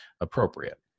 appropriate